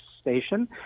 Station